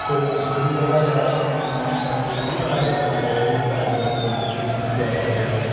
ਕੋਈ ਥੋੜ੍ਹੀ ਜਗ੍ਹਾ ਹੈ ਬਗੀਚੀ ਬਣਾਉਣ ਨੂੰ ਤਾਂ ਜ਼ਰੂਰ ਹਰ ਇੱਕ ਬੰਦਾ ਜਿਹੜੀ ਉਹ ਘਰ ਦੀ ਆਪਣੀ ਇੱਕ ਬਗੀਚੀ ਤਿਆਰ ਕਰੇ